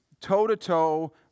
toe-to-toe